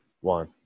one